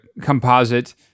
composite